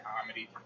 comedy